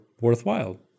worthwhile